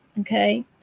okay